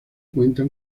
cuenta